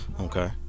Okay